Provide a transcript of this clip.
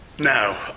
Now